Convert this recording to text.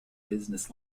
business